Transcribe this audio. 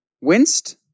winced